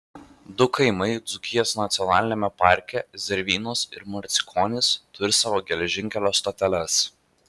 du kaimai dzūkijos nacionaliniame parke zervynos ir marcinkonys turi savo geležinkelio stoteles